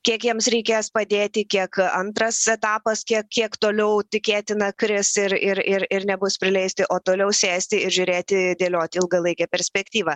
kiek jiems reikės padėti kiek antras etapas kiek kiek toliau tikėtina kris ir ir ir ir nebus prileisti o toliau sėsti ir žiūrėti dėlioti ilgalaikę perspektyvą